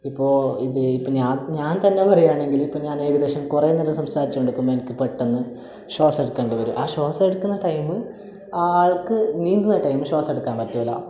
ഇപ്പോൾ ഇത് ഇപ്പം ഞാൻ ഞാൻ തന്നെ പറയുകയാണെങ്കില് ഇപ്പോൾ ഞാൻ ഏകദേശം കുറേ നേരം സംസാരിച്ചുകൊണ്ട് നിൽക്കുമ്പോൾ എനിക്ക് പെട്ടെന്ന് ശ്വാസം എടുക്കേണ്ടി വരും ആ ശ്വാസം എടുക്കുന്ന ടൈം ആ ആൾക്ക് നീന്തുന്ന ടൈമ് ശ്വാസം എടുക്കാൻ പറ്റില്ല